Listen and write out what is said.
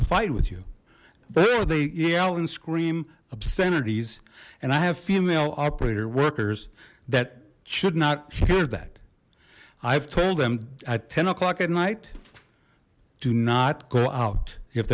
to fight with you or they yell and scream obscenities and i have female operator workers that should not hear that i've told them at ten o'clock at night do not go out if